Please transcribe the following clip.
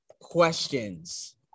questions